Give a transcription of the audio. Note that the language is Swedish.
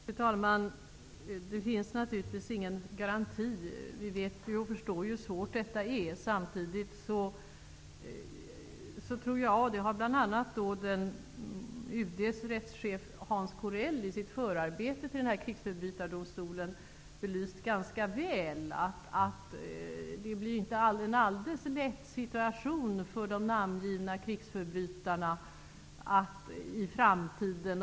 Fru talman! Det finns naturligtvis ingen garanti. Vi förstår hur svårt detta är. UD:s rättschef Hans Corell har i sitt förarbete till krigsförbrytardomstolen belyst ganska väl att det inte blir en alldeles lätt situation för de namngivna krigsförbrytarna i framtiden.